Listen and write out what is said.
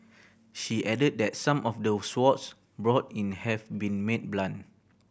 she added that some of the swords brought in have been made blunt